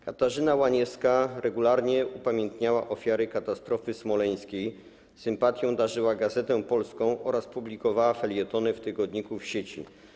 Katarzyna Łaniewska regularnie upamiętniała ofiary katastrofy smoleńskiej, sympatią darzyła „Gazetę Polską” oraz publikowała felietony w tygodniku „W sieci”